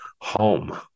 home